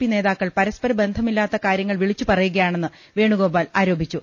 P നേതാക്കൾ പര സ്പരബന്ധമില്ലാത്ത കാര്യങ്ങൾ വിളിച്ചുപറയുകയാണെന്ന് വേണു ഗോപാൽ ആരോപിച്ചു